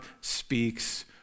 speaks